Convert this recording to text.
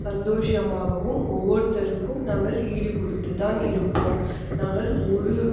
சந்தோஷமாகவும் ஒவ்வொருத்தருக்கும் நாங்கள் ஈடு கொடுத்துதான் இருப்போம் நாங்கள் ஒரு